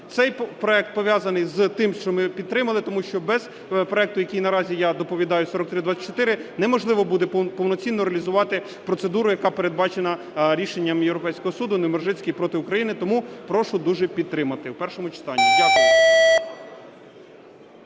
Цей проект пов'язаний з тим, що ми його підтримали, тому що без проекту, який наразі я доповідаю, 4324, неможливо буде повноцінно реалізувати процедуру, яка передбачена рішенням Європейського суду "Невмержицький проти України". Тому прошу дуже підтримати